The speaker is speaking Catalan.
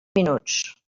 minuts